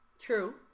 true